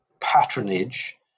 patronage